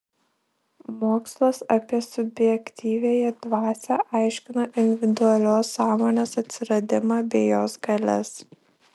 mokslas apie subjektyviąją dvasią aiškina individualios sąmonės atsiradimą bei jos galias